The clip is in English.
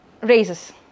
raises